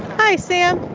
hi, sam.